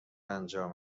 انجام